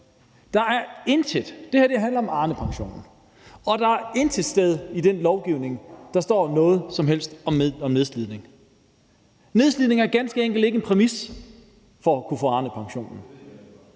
der er intet sted i den lovgivning, der står noget som helst om nedslidning. Nedslidning er ganske enkelt ikke en præmis for at kunne få Arnepensionen.